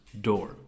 door